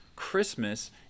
Christmas